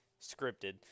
scripted